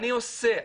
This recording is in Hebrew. אני עושה,